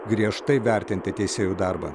griežtai vertinti teisėjų darbą